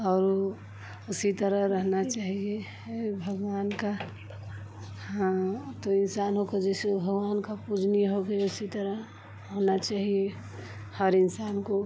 और वो उसी की तरह रहना चाहिए है भगवान का हाँ तो इंसानों को जैसे भगवान का पूजनीय हो गए उसी तरह होना चाहिए हर इंसान को